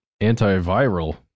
antiviral